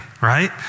right